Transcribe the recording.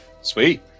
sweet